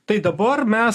tai dabar mes